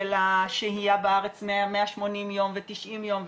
של השהייה בארץ 180 יום ו-90 יום,